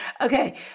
Okay